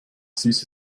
süße